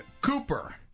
Cooper